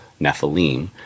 Nephilim